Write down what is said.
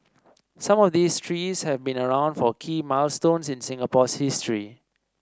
some of these trees have been around for key milestones in Singapore's history